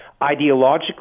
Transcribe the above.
ideologically